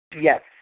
Yes